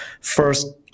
first